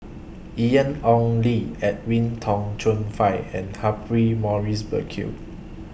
Ian Ong Li Edwin Tong Chun Fai and Humphrey Morrison Burkill